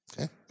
Okay